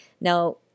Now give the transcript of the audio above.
Now